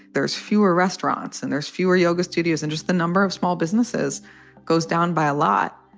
there's fewer restaurants and there's fewer yoga studios and just the number of small businesses goes down by a lot.